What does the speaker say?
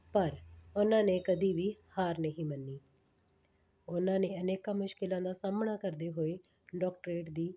ਪਰ ਉਹਨਾਂ ਨੇ ਕਦੀ ਵੀ ਹਾਰ ਨਹੀਂ ਮੰਨੀ ਉਹਨਾਂ ਨੇ ਅਨੇਕਾਂ ਮੁਸ਼ਕਲਾਂ ਦਾ ਸਾਹਮਣਾ ਕਰਦੇ ਹੋਏ ਡੋਕਟਰੇਟ ਦੀ